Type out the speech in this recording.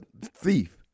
thief